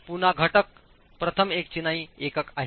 पुन्हा घटक प्रथम एकचिनाई एकक आहे